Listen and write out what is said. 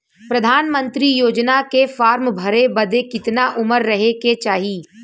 प्रधानमंत्री योजना के फॉर्म भरे बदे कितना उमर रहे के चाही?